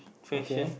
fashion